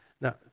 Now